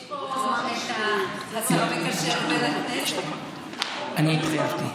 יש פה את השר המקשר בין הכנסת, אני התחייבתי.